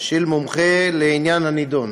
של מומחה לעניין הנדון